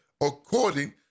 according